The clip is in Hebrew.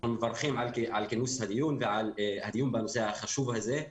מברכים על כינוס הדיון בנושא החשוב הזה.